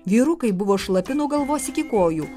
vyrukai buvo šlapi nuo galvos iki kojų